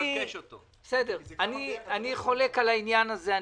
אני חולק על העניין הזה.